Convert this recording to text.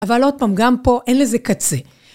אבל עוד פעם, גם פה אין לזה קצה.